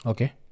Okay